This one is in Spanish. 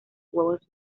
huevos